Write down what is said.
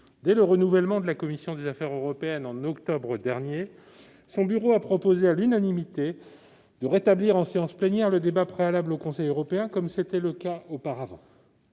dès le renouvellement de la commission des affaires européennes, en octobre dernier, son bureau a proposé à l'unanimité de rétablir en séance plénière le débat préalable au Conseil européen, comme c'était le cas auparavant.